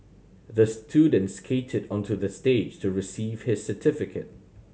the student skated onto the stage to receive his certificate